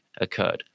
occurred